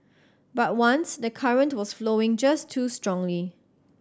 but once the current was flowing just too strongly